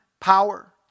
power